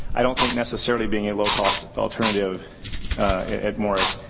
i don't think, necessarily, being a low cost alternative at morris.